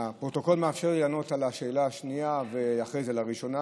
הפרוטוקול מאפשר לי לענות על השאלה השנייה ואחרי זה על הראשונה,